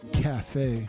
cafe